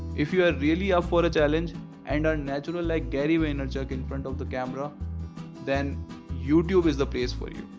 if you are really up for a challenge and are natural like gary vaynerchuk in front of the camera then youtube is the place for you.